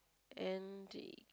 and the